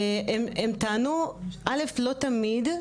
לא תמיד.